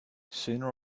sooner